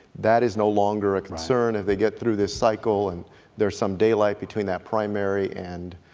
that is no longer a concern, as they get through this cycle and there's some daylight between that primary and